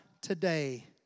today